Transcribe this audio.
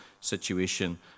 situation